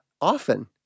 often